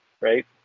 right